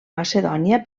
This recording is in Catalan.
macedònia